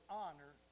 honor